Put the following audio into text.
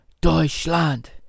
Deutschland